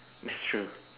that's true